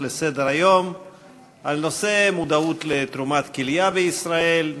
לסדר-היום בנושא: מודעות לתרומת כליה בישראל,